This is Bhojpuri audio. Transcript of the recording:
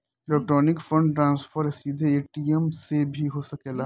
इलेक्ट्रॉनिक फंड ट्रांसफर सीधे ए.टी.एम से भी हो सकेला